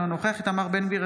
אינו נוכח איתמר בן גביר,